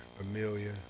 Amelia